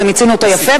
ומיצינו אותו יפה,